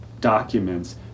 documents